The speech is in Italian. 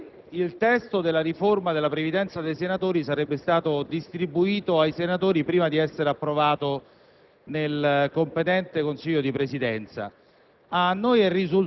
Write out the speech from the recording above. e cioè che il testo della riforma della previdenza dei senatori sarebbe stato distribuito ai senatori prima di essere approvato nel competente Consiglio di Presidenza.